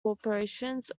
corporations